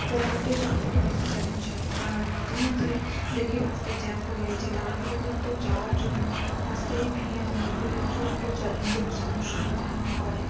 ব্যাপারটাই সবথেকে বেশি চ্যালেঞ্জ হয় আর মাঝে মাঝে দেখি রাস্তায় জ্যাম পড়ে গেছে তাড়াহুড়ো করে কোথাও যাওয়ার জন্য রাস্তায় ভিড় আমাদেরকে প্রচুর চ্যালেঞ্জের সমস্যার মুখোমুখি করে